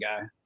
guy